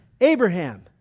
Abraham